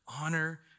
honor